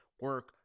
Work